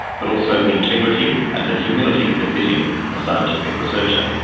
but also integrity and the humility befitting a scientific researcher.